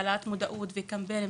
העלאת מודעות וקמפיין,